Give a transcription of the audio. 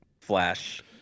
flash